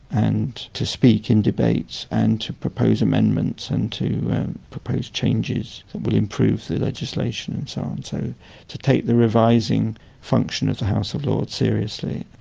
and to speak in debates and to propose amendments and to propose changes that will improve the legislation and so on, so to take the revising function of the house of lords seriously.